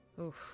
Oof